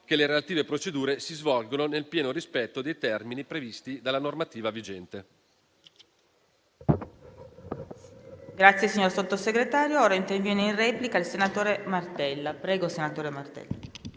che le relative procedure si svolgono nel pieno rispetto dei termini previsti dalla normativa vigente.